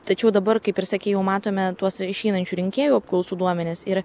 tačiau dabar kaip ir sakei jau matome tuos išeinančių rinkėjų apklausų duomenis ir